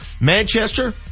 Manchester